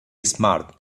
smart